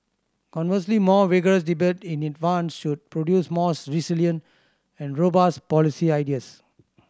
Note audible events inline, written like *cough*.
conversely more vigorous debate in advance should produce more *unintelligible* resilient and robust policy ideas